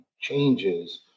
changes